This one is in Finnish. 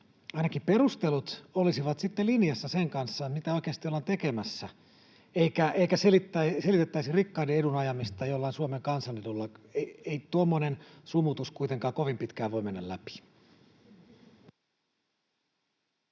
ainakin perustelut olisivat sitten linjassa sen kanssa, mitä oikeasti ollaan tekemässä, eikä selitettäisi rikkaiden edun ajamista jollain Suomen kansan edulla. Ei tuommoinen sumutus kuitenkaan kovin pitkään voi mennä läpi.